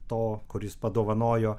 to kuris padovanojo